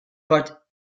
but